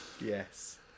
Yes